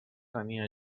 tenia